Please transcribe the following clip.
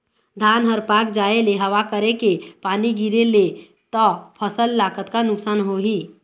धान हर पाक जाय ले हवा करके पानी गिरे ले त फसल ला कतका नुकसान होही?